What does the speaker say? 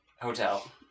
Hotel